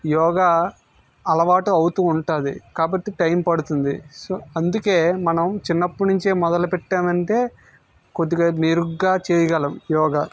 యోగా అలవాటు అవుతు ఉంటుంది కాబట్టి టైం పడుతుంది సో అందుకే మనం చిన్నప్పుడు నుంచి మొదలు పెట్టాం అంటే కొద్దిగా మెరుగుగా చేయగలం యోగా